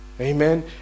Amen